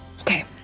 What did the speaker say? okay